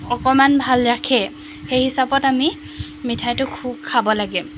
অকণমান ভাল ৰাখে সেই হিচাপত আমি মিঠাইটো খুব খাব লাগে